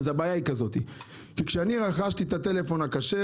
הבעיה היא שכשאני רכשתי את הטלפון הכשר